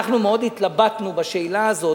אנחנו מאוד התלבטנו בשאלה הזאת,